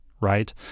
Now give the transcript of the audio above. right